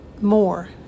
more